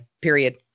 Period